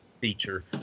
feature